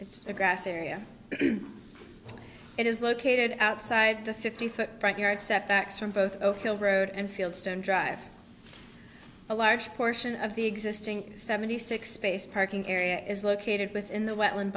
it's a grassy area it is located outside the fifty foot front yard setbacks from both killed road and fieldstone drive a large portion of the existing seventy six space parking area is located within the